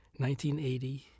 1980